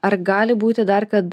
ar gali būti dar kad